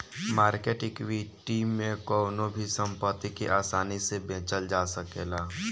market equity में कवनो भी संपत्ति के आसानी से बेचल जा सकेला